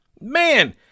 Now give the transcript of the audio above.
man